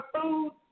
food